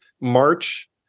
march